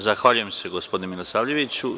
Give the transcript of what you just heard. Zahvaljujem se, gospodine Milisavljeviću.